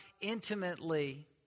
intimately